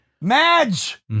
madge